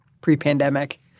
pre-pandemic